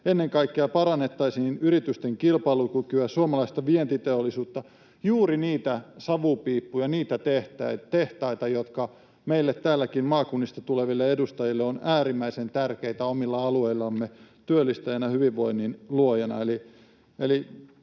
Ennen kaikkea parannettaisiin yritysten kilpailukykyä, suomalaista vientiteollisuutta, juuri niitä savupiippuja, niitä tehtaita, jotka meille täälläkin maakunnista tuleville edustajille ovat äärimmäisen tärkeitä omilla alueillamme työllistäjinä ja hyvinvoinnin luojina,